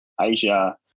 Asia